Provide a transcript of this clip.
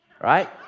right